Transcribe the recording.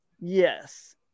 Yes